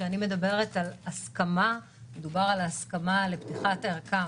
כשאני מדברת על הסכמה מדובר על ההסכמה לפתיחת הערכה.